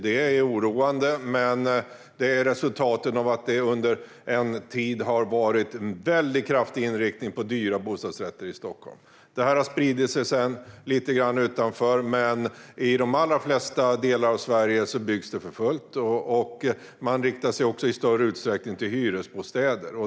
Det är oroande, men det är ett resultat av att man under en tid har haft en väldigt kraftig inriktning på dyra bostadsrätter i Stockholm. Detta har sedan spridit sig lite grann utåt, men i de allra flesta delar av Sverige byggs det för fullt. I större utsträckning riktar man dessutom in sig på hyresbostäder.